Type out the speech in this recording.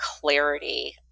clarity